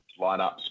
Lineups